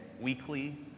weekly